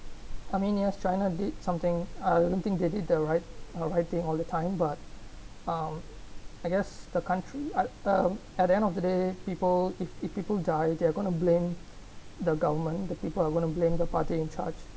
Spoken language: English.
I mean yes china did something I don't think they did the right right thing all the time but um I guess the country uh um at the end of the day people if if people die they are going to blame the government the people are going to blame the party in charge